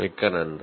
மிக்க நன்றி